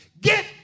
get